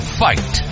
fight